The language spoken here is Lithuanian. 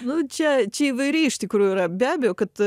nu čia čia įvairiai iš tikrųjų yra be abejo kad